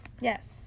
Yes